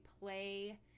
play